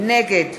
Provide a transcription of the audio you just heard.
נגד